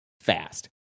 fast